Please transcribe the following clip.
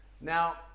Now